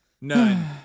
None